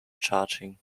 charging